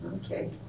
Okay